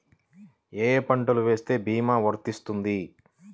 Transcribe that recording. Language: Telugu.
ఏ ఏ పంటలు వేస్తే భీమా వర్తిస్తుంది?